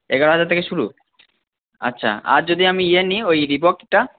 এগারো হাজার থেকে শুরু আচ্ছা আর যদি আমি ইয়ের নিই ওই রিবকটা